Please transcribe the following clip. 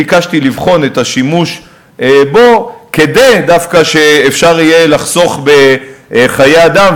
ביקשתי לבחון את השימוש בו דווקא כדי שאפשר יהיה לחסוך בחיי אדם,